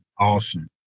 Awesome